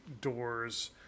doors